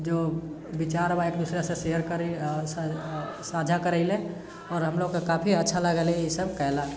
जो विचार है ओ एक दोसरेसँ शेयर करै साझा करैले आओर हम लोगके काफी अच्छा लागल ईसभ कयला